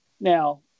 now